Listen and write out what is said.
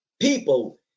people